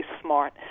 smart